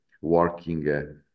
working